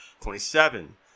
twenty-seven